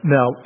Now